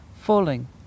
falling